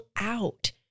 out